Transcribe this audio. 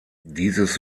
dieses